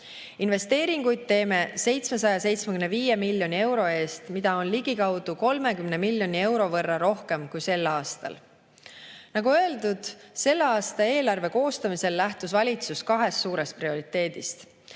Investeeringuid teeme 775 miljoni euro eest, mida on ligikaudu 30 miljoni euro võrra rohkem kui sel aastal. Nagu öeldud, selle aasta eelarve koostamisel lähtus valitsus kahest suurest prioriteedist: